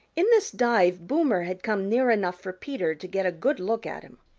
in this dive boomer had come near enough for peter to get a good look at him.